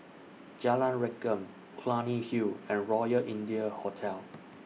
Jalan Rengkam Clunny Hill and Royal India Hotel